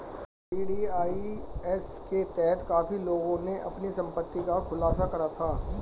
VDIS के तहत काफी लोगों ने अपनी संपत्ति का खुलासा करा था